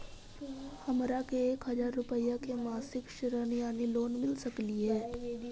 हमरा के एक हजार रुपया के मासिक ऋण यानी लोन मिल सकली हे?